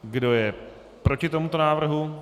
Kdo je proti tomuto návrhu?